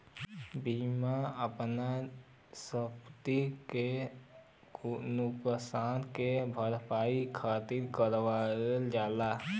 बीमा आपन संपति के नुकसान की भरपाई खातिर करावल जाला